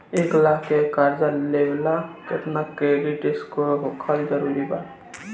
एक लाख के कर्जा लेवेला केतना क्रेडिट स्कोर होखल् जरूरी बा?